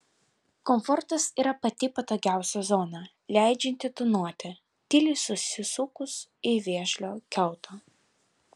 komfortas yra pati patogiausia zona leidžianti tūnoti tyliai susisukus į vėžlio kiautą